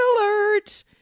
alert